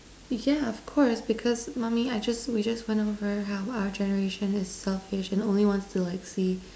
yeah of course because mummy I just we just went over how our generation is selfish and only wants to like see